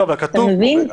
אתה מבין?